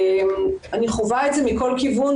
אני חווה את זה מכל כיוון,